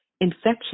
Infection